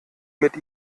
mit